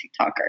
TikToker